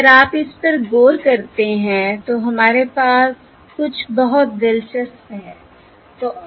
तो अगर आप इस पर गौर करते हैं तो हमारे पास कुछ बहुत दिलचस्प है